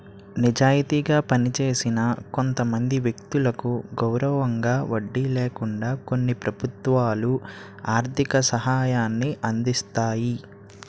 నిజాయితీగా పనిచేసిన కొంతమంది వ్యక్తులకు గౌరవంగా వడ్డీ లేకుండా కొన్ని ప్రభుత్వాలు ఆర్థిక సహాయాన్ని అందిస్తాయి